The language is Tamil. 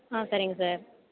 ஆ சரிங்க சார்